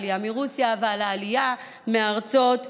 העלייה מרוסיה ועל העלייה מארצות ערב.